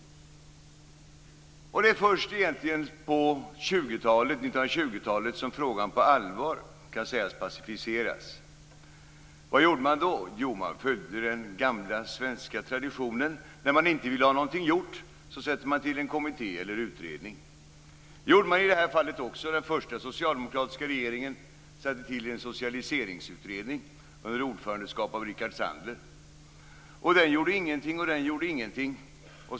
Det är egentligen först på 1920-talet som frågan på allvar kan sägas pacificeras. Vad gjorde man då? Jo, man följde den gamla svenska traditionen, när man inte vill ha någonting gjort tillsätter man en kommitté eller utredning. Det gjorde man i det här fallet också. Den första socialdemokratiska regeringen tillsatte en socialiseringsutredning under ordförandeskap av Rickard Sandler. Den gjorde ingenting, och den gjorde ingenting.